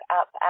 up